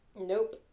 Nope